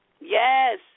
Yes